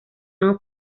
off